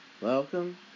welcome